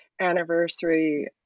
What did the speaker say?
anniversary